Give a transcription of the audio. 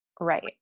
Right